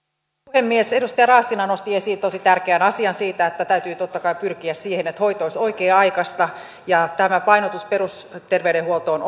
puhemies edustaja raassina nosti esiin tosi tärkeän asian että täytyy totta kai pyrkiä siihen että hoito olisi oikea aikaista ja tämä painotus perusterveydenhuoltoon